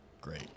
great